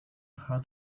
how